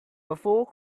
before